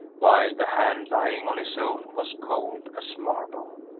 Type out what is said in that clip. while the hand lying on his own was cold as marble.